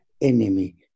enemy